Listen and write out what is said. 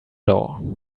door